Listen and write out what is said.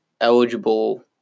eligible